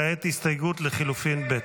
כעת הסתייגות לחלופין ב'.